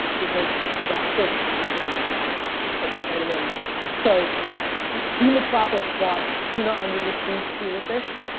because the hulk has been around for a while. like, spiderman matters. so dean metropoulos bought tuna under the sea tuna fish,